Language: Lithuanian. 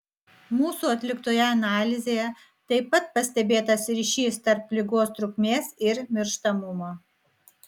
mūsų atliktoje analizėje taip pat pastebėtas ryšys tarp ligos trukmės ir mirštamumo